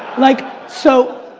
like so,